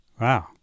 Wow